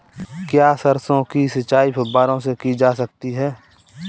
क्या सरसों की सिंचाई फुब्बारों से की जा सकती है?